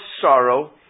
sorrow